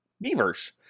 beavers